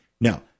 Now